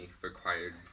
required